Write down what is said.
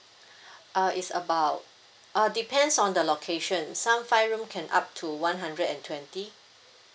uh it's about uh depends on the location some five room can up to one hundred and twenty